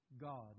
God